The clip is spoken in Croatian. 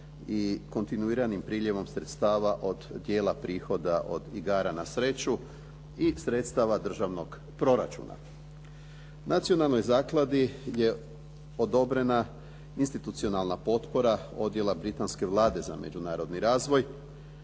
i kontinuiranim priljevom sredstava od dijela prihoda od igara na sreću i sredstava državnog proračuna. Nacionalnoj zakladi je odobrena institucionalna potpora Odjela britanske Vlade za međunarodni razvoj,